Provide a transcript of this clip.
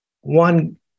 one